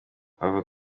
rubavu